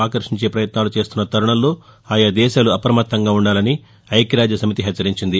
ఆకర్షించే పయత్నాలు చేస్తున్న తరుణంలో ఆయా దేశాలు అపమత్తంగా ఉందాలని ఐక్యరాజ్య సమితి హెచ్చరించింది